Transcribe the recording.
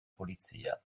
polizia